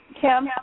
Kim